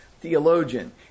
theologian